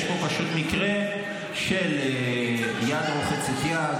יש פה פשוט מקרה של יד רוחצת יד,